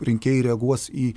rinkėjai reaguos į